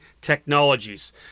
Technologies